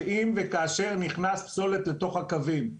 שאם וכאשר נכנס פסולת לתוך הקווים,